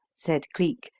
said cleek,